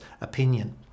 opinion